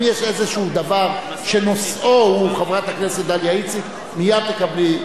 אם יש איזשהו דבר שנושאו הוא חברת הכנסת דליה איציק מייד תקבלי.